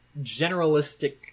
generalistic